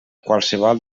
qualsevol